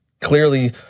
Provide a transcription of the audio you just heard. Clearly